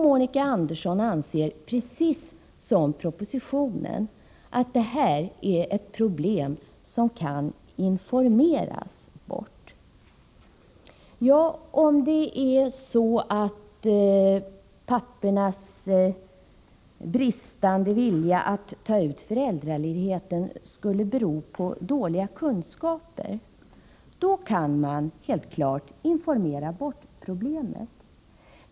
Monica Andersson anser precis såsom framhålls i motionen, att det här är ett problem som kan informeras bort. Ja, om pappornas bristande vilja att ta ut föräldraledigheten skulle bero på dåliga kunskaper, kan man helt klart informera bort problemet.